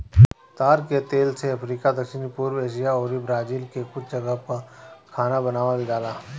ताड़ के तेल से अफ्रीका, दक्षिण पूर्व एशिया अउरी ब्राजील के कुछ जगह पअ खाना बनावल जाला